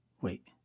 Wait